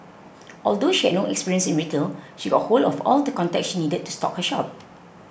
although she had no experience in retail she got hold of all the contacts she needed to stock her shop